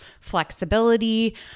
flexibility